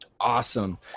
Awesome